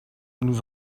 nous